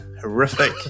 horrific